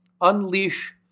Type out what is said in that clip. unleash